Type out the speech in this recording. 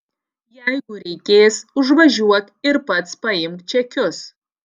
jeigu reikės užvažiuok ir pats paimk čekius